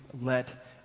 let